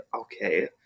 okay